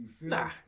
Nah